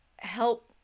help